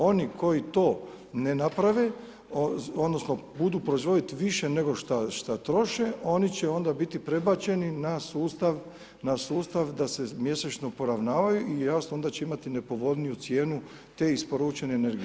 Oni koji to ne naprave odnosno budu proizvodit više nego šta, šta troše oni će onda biti prebačeni na sustav da se mjesečno poravnavaju i jasno onda će imati nepovoljniju cijenu te isporučene energije.